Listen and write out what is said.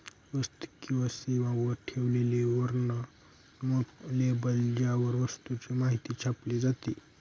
वस्तू किंवा सेवांवर ठेवलेले वर्णनात्मक लेबल ज्यावर वस्तूची माहिती छापली जाते